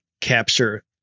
capture